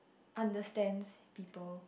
understands people